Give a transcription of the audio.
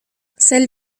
celles